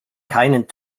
keinen